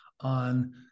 on